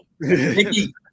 Nikki